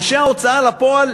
אנשי ההוצאה לפועל,